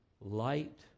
light